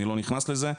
אני לא נכנס לזה,